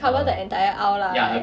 cover the entire aisle lah